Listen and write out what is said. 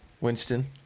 Winston